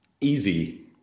easy